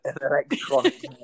electronic